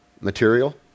material